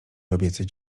obiecać